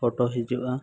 photo ᱦᱤᱡᱩᱜᱼᱟ